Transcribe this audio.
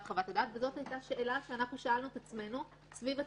זאת הייתה שאלה ששאלנו את עצמנו סביב התזכיר,